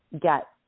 get